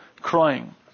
crying